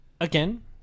again